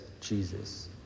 Jesus